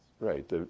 Right